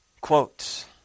quotes